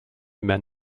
man